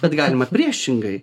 bet galima ir priešingai